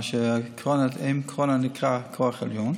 אם הקורונה נקראת כוח עליון.